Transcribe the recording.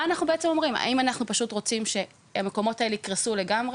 האם אנחנו פשוט רוצים שהמקומות האלה יקרסו לגמרי?